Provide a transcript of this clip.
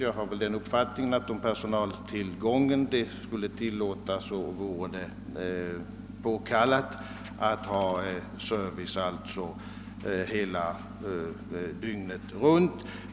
Jag har den uppfattningen att om personaltillgången det tillåter är det påkallat att ha service dygnet runt.